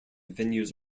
venues